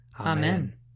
Amen